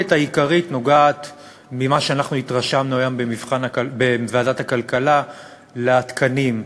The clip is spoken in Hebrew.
אנחנו התרשמנו היום בוועדת הכלכלה שהמחלוקת העיקרית נוגעת לתקנים,